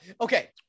Okay